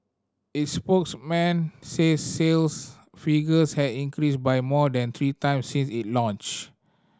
its spokesman says sales figures have increased by more than three times since it launched